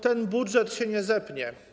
Ten budżet się nie zepnie.